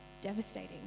devastating